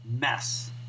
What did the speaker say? mess